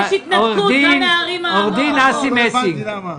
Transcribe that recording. עו"ד אסי מסינג,